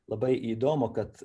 labai įdomu kad